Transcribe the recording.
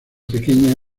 pequeña